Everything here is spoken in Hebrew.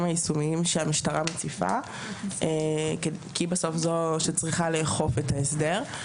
היישומיים שהמשטרה מציפה כי בסוף היא זו שצריכה לאכוף את ההסדר.